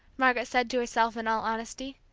margaret said to herself in all honesty,